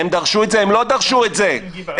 יש חוות דעת, תקרא.